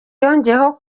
yongeyeho